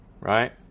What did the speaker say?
right